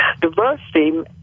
diversity